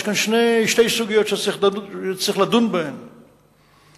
יש כאן שתי סוגיות שצריך לדון בהן ולפעול: